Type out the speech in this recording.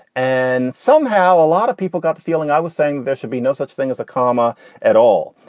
and somehow a lot of people got the feeling i was saying there should be no such thing as a comma at all.